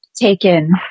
taken